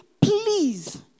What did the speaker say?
Please